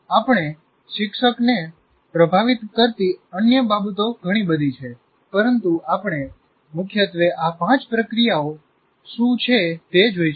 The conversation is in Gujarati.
આપણે શિક્ષણને પ્રભાવિત કરતી અન્ય બાબતો ઘણી બધી છે પરંતુ આપણે મુખ્યત્વે આ પાંચ પ્રક્રિયાઓ શું છે તે જોઈશું